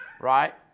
right